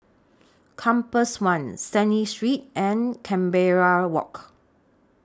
Compass one Stanley Street and Canberra Walk